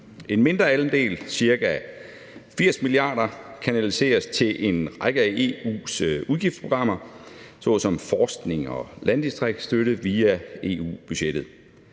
80 mia. euro, kanaliseres til en række af EU's udgiftsprogrammer såsom forskning og landdistriktsstøtte via EU-budgettet,